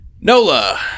Nola